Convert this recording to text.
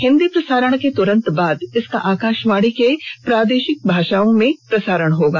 हिन्दी प्रसारण के तुरंत बाद इसका आकाशवाणी से प्रादेशिक भाषाओं में प्रसारण होगा